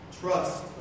trust